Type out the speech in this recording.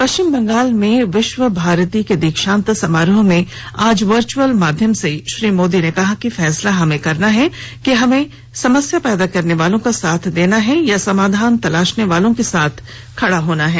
पश्चिम बंगाल में विश्वभारती के दीक्षांत समारोह में आज वर्चअल माध्य्म से श्री मोदी ने कहा कि फैसला हमें करना है कि हमें समस्या पैदा करने वालों का साथ देना है या समाधान तलाशने वालों के साथ खड़ा होना है